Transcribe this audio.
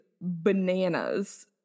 bananas